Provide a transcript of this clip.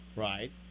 Right